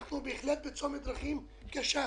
אנחנו בהחלט בצומת דרכים קשה.